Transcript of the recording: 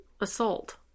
assault